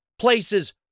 places